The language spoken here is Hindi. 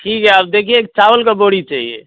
ठीक है अब देखिए चावल की बोरी चाहिए